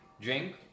drink